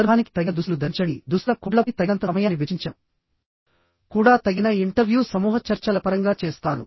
సందర్భానికి తగిన దుస్తులు ధరించండినేను దుస్తుల కోడ్లపై తగినంత సమయాన్ని వెచ్చించాను మరియు ఇక్కడ కూడా తగిన ఇంటర్వ్యూ సమూహ చర్చల పరంగా చేస్తాను